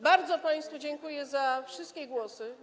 Bardzo państwu dziękuję za wszystkie głosy.